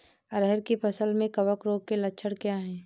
अरहर की फसल में कवक रोग के लक्षण क्या है?